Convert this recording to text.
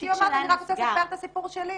והיא אומרת, אני רק רוצה לספר את הסיפור שלי.